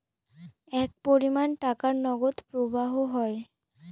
এক পরিমান টাকার নগদ প্রবাহ হয়